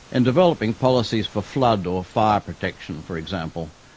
and developing policies for flood or fire protection, for example,